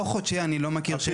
אז דוח חודשי אני לא מכיר שיש.